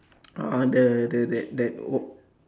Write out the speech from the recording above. uh the the that that